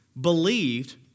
believed